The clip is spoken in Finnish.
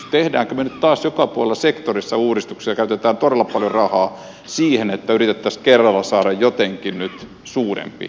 teemmekö me nyt taas joka puolella sektorissa uudistuksia ja käytämmekö todella paljon rahaa siihen että yrittäisimme kerralla saada jotenkin nyt suuremman virityksen päälle